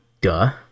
Duh